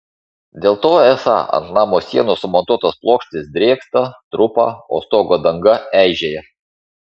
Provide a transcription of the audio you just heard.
dėl to esą ant namo sienų sumontuotos plokštės drėksta trupa o stogo danga eižėja